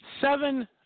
Seven